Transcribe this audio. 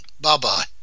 Bye-bye